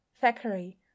thackeray